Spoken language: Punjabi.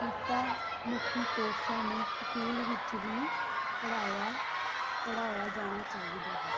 ਕਿੱਤਾ ਮੁਖੀ ਕੋਰਸਾਂ ਨੂੰ ਸਕੂਲ ਵਿੱਚ ਹੀ ਪੜ੍ਹਾਇਆ ਪੜ੍ਹਾਇਆ ਜਾਣਾ ਚਾਹੀਦਾ ਹੈ